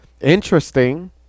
interesting